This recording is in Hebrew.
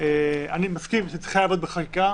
אני מסכים שזה צריך להיות בחקיקה.